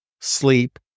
sleep